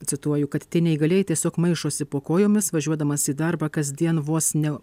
cituoju kad tie neįgalieji tiesiog maišosi po kojomis važiuodamas į darbą kasdien vos ne